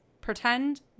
pretend